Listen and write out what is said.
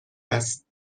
است